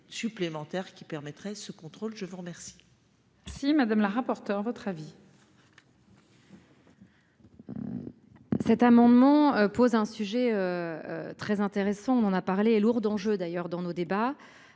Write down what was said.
supplémentaire qui permettrait ce contrôle, je vous remercie. Si madame la rapporteure votre avis.